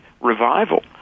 revival